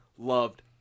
loved